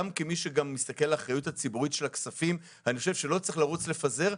כמי שמסתכל באחריות ציבורית על הכספים אני חושב שלא צריך לרוץ ולפזר.